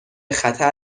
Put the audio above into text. خطر